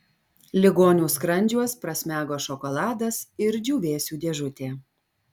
ligonių skrandžiuos prasmego šokoladas ir džiūvėsių dėžutė